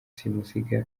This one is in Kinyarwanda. simusiga